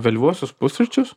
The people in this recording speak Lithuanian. vėlyvuosius pusryčius